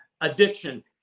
addiction